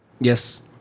Yes